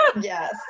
Yes